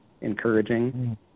Encouraging